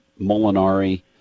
Molinari